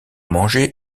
manger